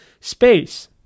space